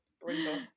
brindle